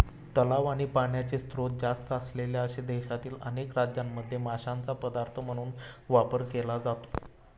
तलाव आणि पाण्याचे स्त्रोत जास्त असलेल्या देशातील अनेक राज्यांमध्ये माशांचा पदार्थ म्हणून वापर केला जातो